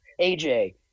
AJ